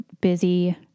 busy